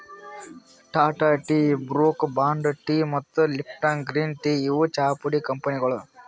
Tata tea, Brooke Bond tea ಮತ್ತ್ Lipton green tea ಇವ್ ಚಾಪುಡಿ ಕಂಪನಿಗೊಳ್